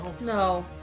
No